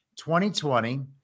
2020